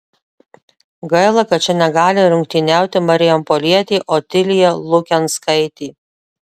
gaila kad čia negali rungtyniauti marijampolietė otilija lukenskaitė